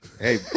Hey